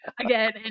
again